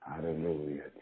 Hallelujah